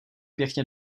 pěkně